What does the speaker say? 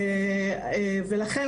לכן,